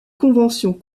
convention